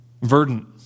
verdant